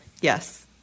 Yes